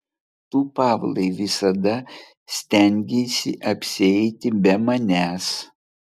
tu pavlai visada stengeisi apsieiti be manęs